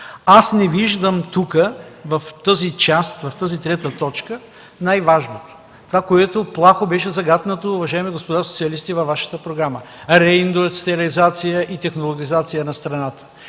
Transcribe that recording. Аз не виждам тук, в точка трета, най-важното – това, което плахо беше загатнато, уважаеми господа социалисти, във Вашата програма – реиндустриализация и технологизация на страната.